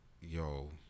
yo